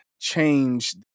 change